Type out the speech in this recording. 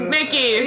Mickey